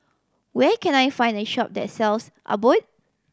where can I find a shop that sells Abbott